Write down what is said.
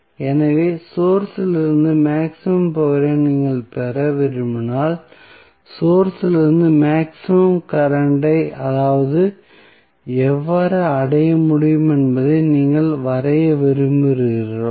எனவே சோர்ஸ் இலிருந்து maximum power ஐ நீங்கள் பெற விரும்பினால் சோர்ஸ் இலிருந்து மேக்ஸிமம் கரண்ட் ஐ அது எவ்வாறு அடைய முடியும் என்பதை நீங்கள் வரைய விரும்புகிறீர்களா